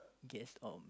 guess um